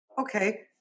Okay